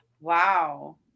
Wow